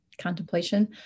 contemplation